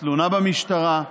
תלונה במשטרה.